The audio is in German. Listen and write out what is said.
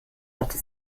hatte